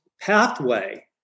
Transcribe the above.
pathway